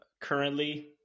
currently